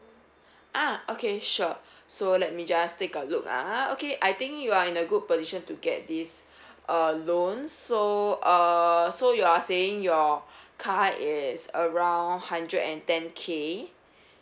ah okay sure so let me just take a look ah okay I think you are in a good position to get this uh loan so uh so you are saying your car is around hundred and ten K